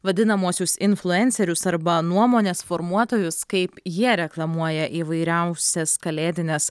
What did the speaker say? vadinamuosius influencerius arba nuomonės formuotojus kaip jie reklamuoja įvairiausias kalėdines